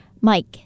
Mike